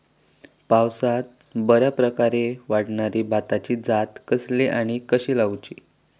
पावसात बऱ्याप्रकारे वाढणारी भाताची जात कसली आणि ती कशी लाऊची?